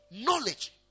knowledge